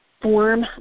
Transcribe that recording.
form